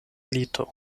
lito